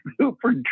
super